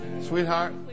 Sweetheart